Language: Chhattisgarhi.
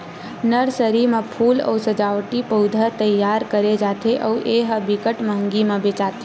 नरसरी म फूल अउ सजावटी पउधा तइयार करे जाथे अउ ए ह बिकट मंहगी म बेचाथे